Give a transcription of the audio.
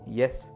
yes